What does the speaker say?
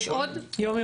כי ליהודים קל לאכוף.